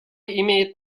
имеет